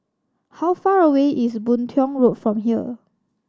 how far away is Boon Tiong Road from here